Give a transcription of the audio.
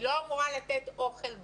היא לא אמורה לתת אוכל בריא,